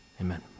amen